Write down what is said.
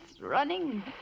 running